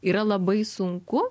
yra labai sunku